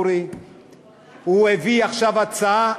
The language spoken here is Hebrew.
הוא הביא עכשיו הצעה,